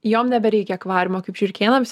jom nebereikia akvariumo kaip žiurkėnams